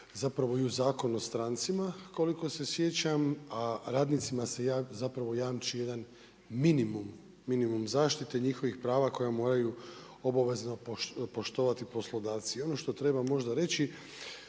zapravo i u Zakonu o strancima, koliko se sjećam, a radnica se zapravo jamči jedan minimum zaštite njihovih prava koje moraju obavezno poštovati poslodavci. I ono što treba možda reći.